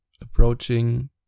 approaching